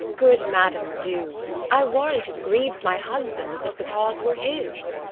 good madam, do i warrant it grieves my husband as if the cause were his.